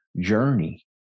journey